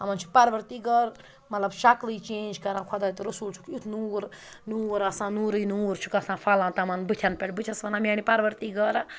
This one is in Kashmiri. یِمن چھِ پَروَردِگار مطلب شَکلٕے چینٛج کَران خۄداے تہٕ رسوٗل چھُکھ یُتھ نوٗر نوٗر آسان نوٗرُے نوٗر چھُکھ آسان پھَلان تمَن بٔتھٮ۪ن پٮ۪ٹھ بہٕ چھس وَنان میٛانہِ پَروَردِگارا